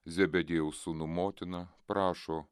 zebediejaus sūnų motina prašo